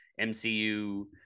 mcu